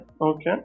okay